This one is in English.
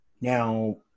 Now